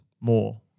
more